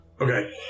Okay